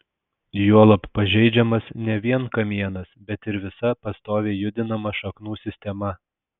juolab pažeidžiamas ne vien kamienas bet ir visa pastoviai judinama šaknų sistema